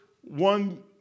one